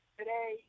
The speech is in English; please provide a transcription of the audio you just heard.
today